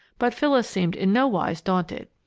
but phyllis seemed in no wise daunted.